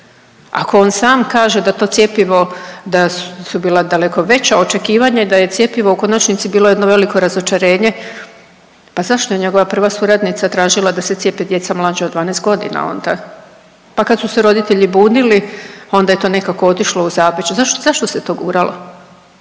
da to cjepivo da su bila daleko veća očekivanja i da je cjepivo u konačnici bilo jedno veliko razočarenje, pa zašto je njegova prva suradnica tražila da se cijepe djeca mlađa od 12 godina onda? Pa kad su se roditelji bunili onda je to nekako otišlo u zapećak. Zašto se to guralo?